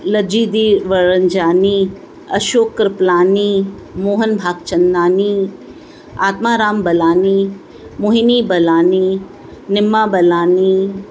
लजिधिव Ranjhani Ashok Kripalani Mohan Bhagchandani Atmaram Balani Mohini Balani Nima Balani